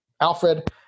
Alfred-